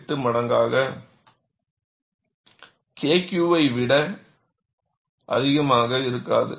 8 மடங்கு KQ ஐ விட அதிகமாக இருக்காது